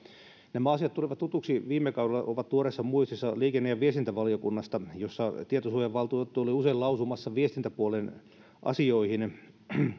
nämä asiat tulivat tutuksi viime kaudella ja ovat tuoreessa muistissa liikenne ja viestintävaliokunnasta jossa tietosuojavaltuutettu oli usein lausumassa viestintäpuolen asioihin